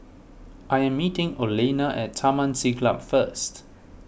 I am meeting Olena at Taman Siglap first